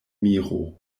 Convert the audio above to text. miro